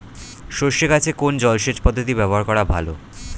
সরষে গাছে কোন জলসেচ পদ্ধতি ব্যবহার করা ভালো?